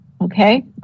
okay